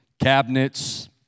cabinets